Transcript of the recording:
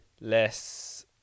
Less